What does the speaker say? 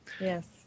Yes